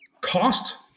cost-